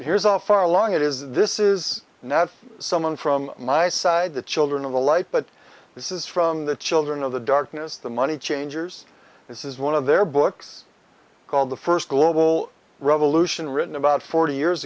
here's a far along it is this is not someone from my side the children of the light but this is from the children of the darkness the money changers this is one of their books called the first global revolution written about forty years